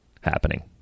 happening